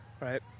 right